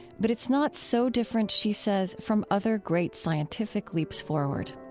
but it's not so different, she says, from other great scientific leaps forward